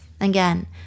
Again